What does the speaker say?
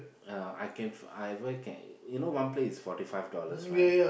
uh I can I ever can you know one plate is forty five dollars right